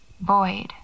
Void